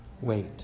wait